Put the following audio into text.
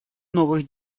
новых